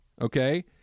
okay